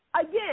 again